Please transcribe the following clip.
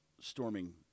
storming